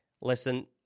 listen